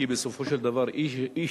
כי בסופו של דבר, האי-שוויון